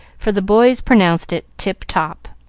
for the boys pronounced it tip-top.